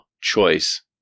choice